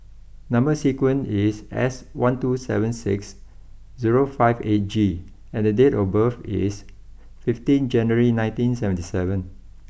number sequence is S one two seven six zero five eight G and the date of birth is fifteen January nineteen seventy seven